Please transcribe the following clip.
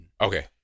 Okay